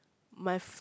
my th~